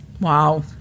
Wow